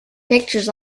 pictures